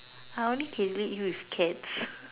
I only can lead you with cats